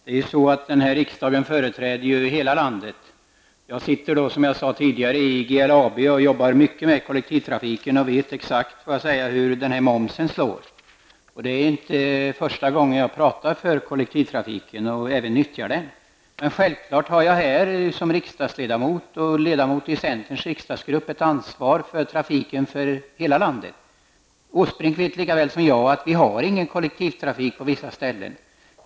Herr talman! Riksdagen företräder hela landet. Jag sitter, som jag sade tidigare, med i GLABs styrelse och jobbar mycket med kollektivtrafiken. Jag vet exakt hur momsen slår. Det är inte första gången jag talar för kollektivtrafiken. Jag nyttjar den också. Självklart har jag som riksdagsledamot och ledamot av centerns riksdagsgrupp ett ansvar för trafiken i hela landet. Erik Åsbrink vet lika väl som jag att vi inte har någon kollektivtrafik på vissa platser.